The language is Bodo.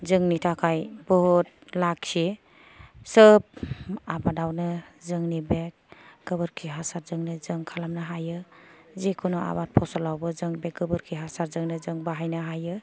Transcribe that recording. जोंनि थाखाय बहुत लाखि सोब आबादावनो जोंनि बे गोबोरखि हासारजोंनो जों खालामनो हायो जेखुनु आबाद फसलावबो जों बे गोबोरखि हासारजोंनो जों बाहायनो हायो